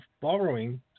borrowing